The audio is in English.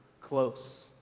close